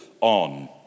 on